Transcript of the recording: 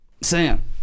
Sam